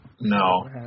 No